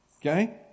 Okay